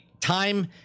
Time